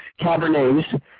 Cabernets